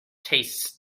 tastes